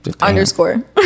underscore